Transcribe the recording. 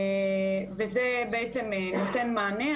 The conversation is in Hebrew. וזה בעצם נותן מענה.